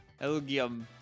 Elgium